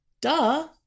duh